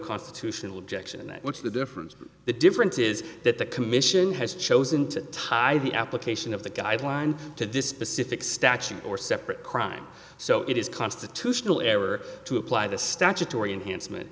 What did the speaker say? constitutional objection in that what's the difference the difference is that the commission has chosen to tie the application of the guideline to dispossess if it statute or separate crime so it is constitutional error to apply the statutory enhancement